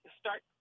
start